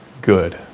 good